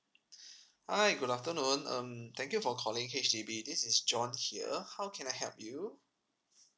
hi good afternoon um thank you for calling H_D_B this is john here how can I help you